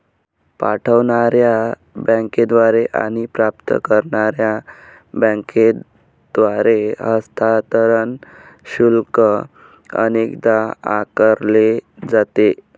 पाठवणार्या बँकेद्वारे आणि प्राप्त करणार्या बँकेद्वारे हस्तांतरण शुल्क अनेकदा आकारले जाते